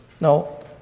No